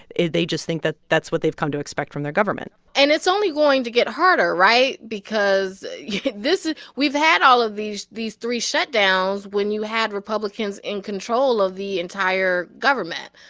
they they just think that that's what they've come to expect from their government and it's only going to get harder right? because yeah we've had all of these these three shutdowns when you had republicans in control of the entire government.